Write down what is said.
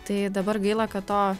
tai dabar gaila kad to